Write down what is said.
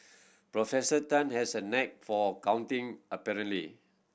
Professor Tan has a knack for counting apparently